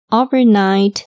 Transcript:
overnight